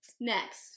next